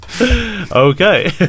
okay